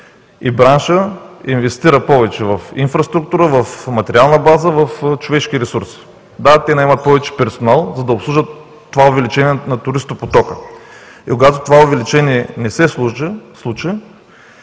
и браншът инвестира повече в инфраструктура, в материална база, в човешки ресурси. Да, те наемат повече персонал, за да обслужат това увеличение на туристопотока, и когато това увеличение не се случи,